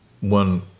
One